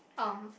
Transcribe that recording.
uh